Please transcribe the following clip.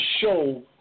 show